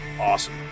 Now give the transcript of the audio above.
awesome